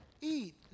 Eat